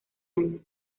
año